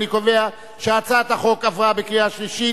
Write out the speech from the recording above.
אני קובע שהצעת החוק עברה בקריאה שלישית